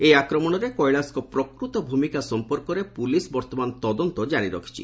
ଏହି ଆକ୍ରମଣରେ କୈଳାସଙ୍କ ପ୍ରକୃତ ଭୂମିକା ସଂପର୍କରେ ପୁଲିସ୍ ବର୍ତ୍ତମାନ ତଦନ୍ତ କାରୀ ରଖିଛି